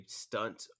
stunt